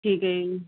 ਠੀਕ ਹੈ ਜੀ